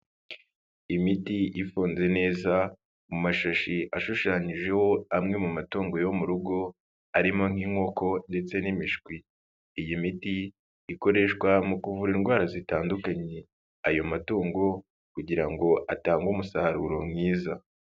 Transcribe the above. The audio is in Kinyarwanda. Imiti ifunze neza mu mashashi ashushanyijeho amwe mu matungo yo mu rugo arimo nk'inkoko ndetse n'imiwi, iyi miti ikoreshwa mu kuvura indwara zitandukanye ayo matungo kugira ngo atange umusaruro mwiza.